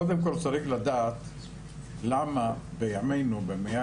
אז קודם כל צריך לדעת למה בימינו, במאה